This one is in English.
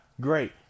great